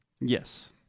Yes